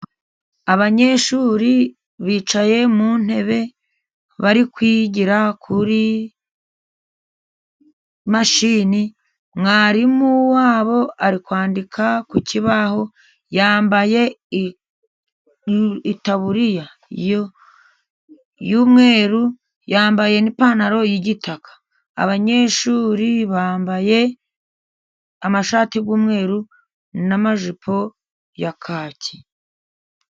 Abanyeshuri bicaye mu ntebe barikwigira kuri mashini. Mwarimu wabo ari kwandika ku kibaho yambaye itaburiya y'umweru, yambaye n'ipantaro y'igitaka. Abanyeshuri bambaye amashati y'umweru n'amajipo ya kaki.